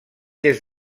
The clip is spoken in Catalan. des